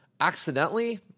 accidentally